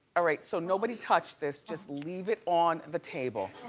ah right, so nobody touch this, just leave it on the table.